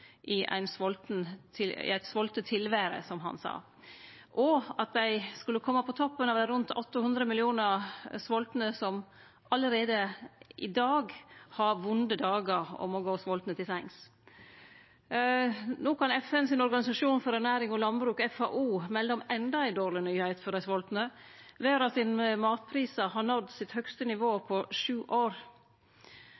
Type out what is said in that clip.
at dei skulle kome på toppen av dei rundt 800 millionar svoltne som allereie i dag har vonde dagar og må gå svoltne til sengs. No kan FNs organisasjon for ernæring og landbruk, FAO, melde om endå ei dårleg nyheit for dei svoltne. Matprisane i verda har nådd sitt høgste nivå